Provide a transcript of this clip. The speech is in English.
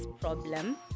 problem